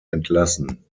entlassen